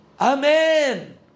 Amen